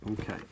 Okay